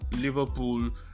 Liverpool